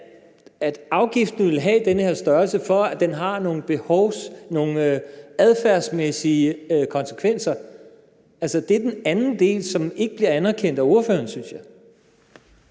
at afgiften skal have den her størrelse, for at den har nogle adfærdsmæssige konsekvenser. Det er den anden del, som ikke bliver anerkendt af ordføreren, synes jeg.